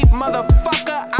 motherfucker